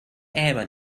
aaron